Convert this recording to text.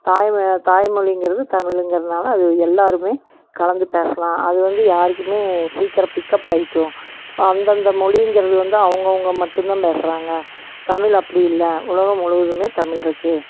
தாய் மொ தாய் மொழிங்கிறது தமிழுங்கிறதனால அது எல்லாருமே கலந்து பேசலாம் அது வந்து யாருக்குமே சீக்கிரம் பிக்கப் ஆயிக்கும் அந்தந்த மொழிங்கிறது வந்து அவங்கவுங்க மட்டும் தான் பேசுகிறாங்க தமிழ் அப்படி இல்ல உலகம் முழுவதுமே தமிழ் இருக்குது